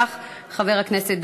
חבר הכנסת אראל מרגלית,